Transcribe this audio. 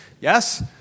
Yes